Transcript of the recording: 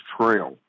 Trail